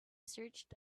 searched